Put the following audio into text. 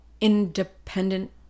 independent